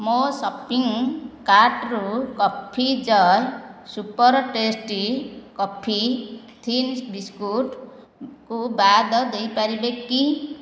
ମୋ ସପିଂ କାର୍ଟ୍ରୁ coffee Joy super tasty coffee thin ବିସ୍କୁଟ୍କୁ ବାଦ୍ ଦେଇପାରିବେ କି